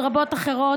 עוד רבות אחרות,